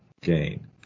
gain